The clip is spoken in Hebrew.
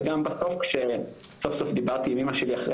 וגם בסוף כשסוף סוף דיברתי עם אמא שלי אחרי